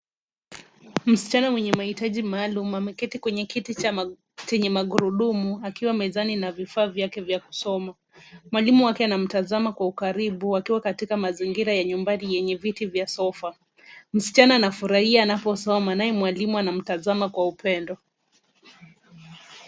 Msichana mwenye mahitaji maalum ameketi kwenye kiti chenye magurudumu akiwa mezani na vifaa vyake vya kusoma. Mwalimu wake anamtazama kwa ukaribu akiwa katika mazingira ya nyumbani yenye viti vya sofa. Msichana anafurahia anaposoma naye mwalimu anamtazama kwa upendo.